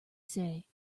say